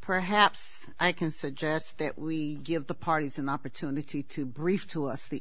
perhaps i can suggest that we give the parties an opportunity to brief to us the